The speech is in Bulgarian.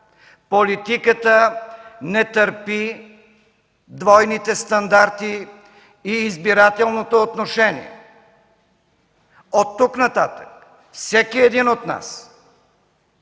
Политиката не търпи двойните стандарти и избирателното отношение. Оттук нататък всеки един от нас